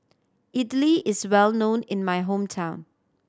Idili is well known in my hometown